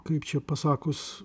kaip čia pasakius